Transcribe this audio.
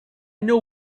know